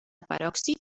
peròxid